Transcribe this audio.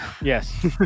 Yes